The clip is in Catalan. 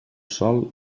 sol